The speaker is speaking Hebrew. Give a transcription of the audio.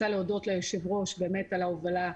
אני רוצה להודות ליושב-ראש על ההובלה,